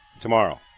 tomorrow